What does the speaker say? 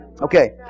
Okay